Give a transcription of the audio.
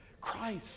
Christ